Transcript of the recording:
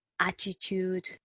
attitude